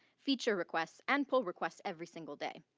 feature request and pull request every single day.